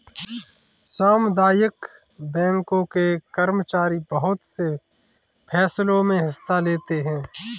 सामुदायिक बैंकों के कर्मचारी बहुत से फैंसलों मे हिस्सा लेते हैं